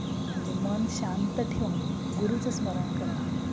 म्हणजे मन शांत ठेवून गुरुचं स्मरण करणं